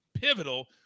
pivotal